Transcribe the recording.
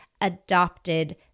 adopted